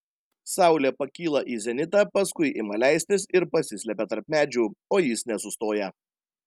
saulė pakyla į zenitą paskui ima leistis ir pasislepia tarp medžių o jis nesustoja